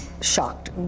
shocked